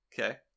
Okay